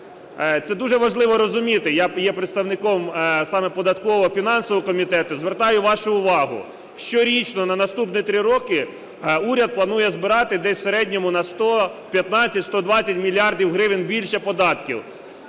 Це дуже важливо розуміти. Я є представником саме податково-фінансового комітету. Звертаю вашу увагу, щорічно на наступні 3 роки уряд планує збирати десь в середньому на 115-120 мільярдів гривень більше податків.